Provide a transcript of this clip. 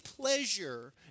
pleasure